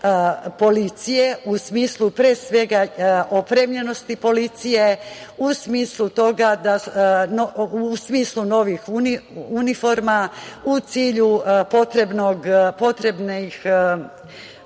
u smislu opremljenosti policije, u smislu novih uniforma, u cilju potrebnih